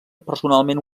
personalment